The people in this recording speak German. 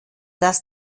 dass